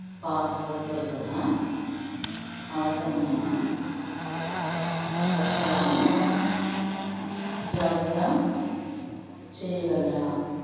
పాస్పోర్ట్తో సహా అవసరమైన పత్రాలను జాబితా చేయగలరా